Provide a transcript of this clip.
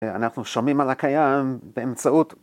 ‫אנחנו שומעים על הקיים באמצעות...